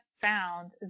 found